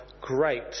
great